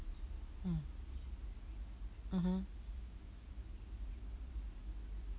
hmm mmhmm